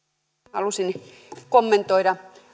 haluaisin kommentoida